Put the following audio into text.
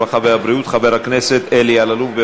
הרווחה והבריאות חבר הכנסת אלי אלאלוף.